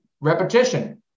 repetition